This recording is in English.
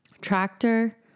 tractor